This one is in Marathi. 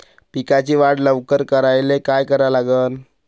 पिकाची वाढ लवकर करायले काय करा लागन?